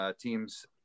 teams